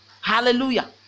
Hallelujah